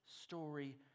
story